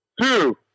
Two